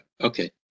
Okay